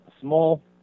small